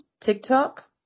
TikTok